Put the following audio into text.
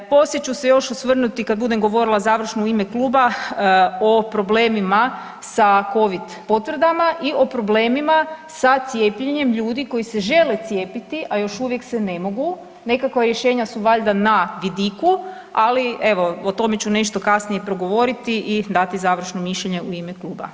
Poslije ću se još osvrnuti kad budem govorila završno u ime kluba o problemima sa covid potvrdama i o problemima sa cijepljenjem ljudi koji se žele cijepiti, a još uvijek se ne mogu, nekakva rješenja su valjda na vidiku, ali evo o tome ću nešto kasnije progovoriti i dati završno mišljenje u ime kluba.